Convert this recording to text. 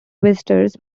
visitors